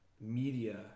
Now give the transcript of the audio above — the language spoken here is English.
media